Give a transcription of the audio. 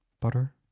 butter